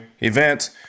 event